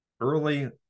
early